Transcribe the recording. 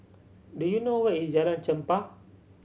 do you know where is Jalan Chempah